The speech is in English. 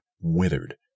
withered